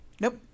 Nope